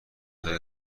هایی